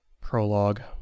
Prologue